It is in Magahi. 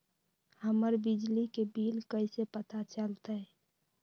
हमर बिजली के बिल कैसे पता चलतै?